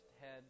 head